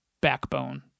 backbone